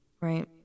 Right